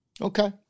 Okay